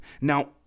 Now